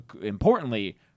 importantly